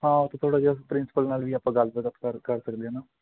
ਹਾਂ ਉਹ ਤਾਂ ਥੋੜ੍ਹਾ ਜਾ ਕੇ ਪ੍ਰਿੰਸੀਪਲ ਨਾਲ ਵੀ ਆਪਾਂ ਗੱਲ ਵਗੈਰਾ ਕਰ ਕਰ ਸਕਦੇ ਹਾਂ ਨਾ